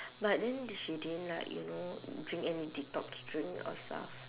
but then di~ she didn't like you know drink any detox drink or stuff